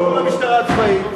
למשטרה צבאית?